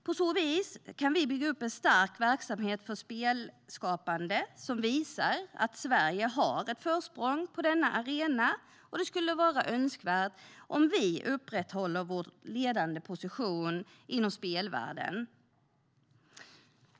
På så vis kan vi bygga upp en stark verksamhet för spelskapande som visar att Sverige har ett försprång på denna arena, och det skulle väl vara önskvärt om vi upprätthåller vår ledande position inom spelvärlden.